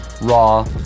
raw